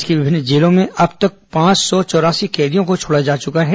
राज्य की विभिन्न जेलों से अब तक कल पांच सौ चौरासी कैदियों को छोडा जा चुका है